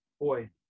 boy